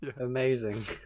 Amazing